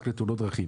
רק לתאונות דרכים.